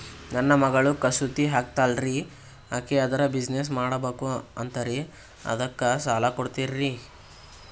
ನನ್ನ ಮಗಳು ಕಸೂತಿ ಹಾಕ್ತಾಲ್ರಿ, ಅಕಿ ಅದರ ಬಿಸಿನೆಸ್ ಮಾಡಬಕು ಅಂತರಿ ಅದಕ್ಕ ಸಾಲ ಕೊಡ್ತೀರ್ರಿ?